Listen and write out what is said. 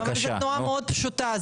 אבל זו תנועה מאוד פשוטה,